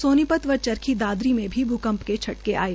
सोनीपत व चरखी दादरी में भ्रंकंप के झटके आये